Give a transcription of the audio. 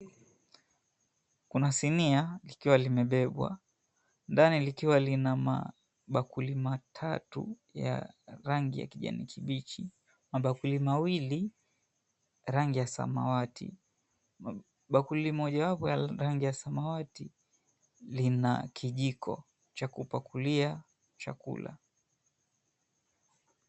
Kuna sinia likiwa limebebwa ndani likiwa lina mabakuli matatu ya rangi ya kijani kibichi, mabakuli mawili rangi ya samawati. Bakuli mojawapo ya rangi ya samawati, lina kijiko cha kupakulia chakula.